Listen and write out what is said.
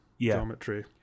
geometry